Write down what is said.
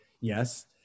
yes